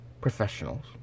professionals